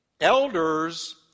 Elders